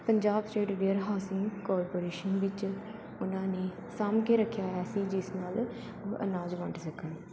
Punjab state warehousing ਵਿੱਚ ਉਹਨਾਂ ਨੇ ਸਾਂਭ ਕੇ ਰੱਖਿਆ ਹੋਇਆ ਸੀ ਜਿਸ ਨਾਲ ਓਹ ਅਨਾਜ ਵੰਡ ਸਕਣ